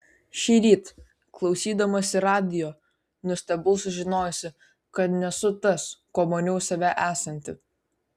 šįryt klausydamasi radijo nustebau sužinojusi kad nesu tas kuo maniau save esanti